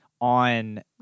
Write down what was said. on